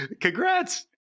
congrats